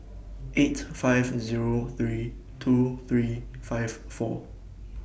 eight five Zero three two three five four